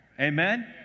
Amen